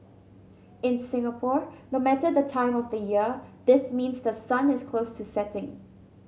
in Singapore no matter the time of the year this means the sun is close to setting